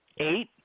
eight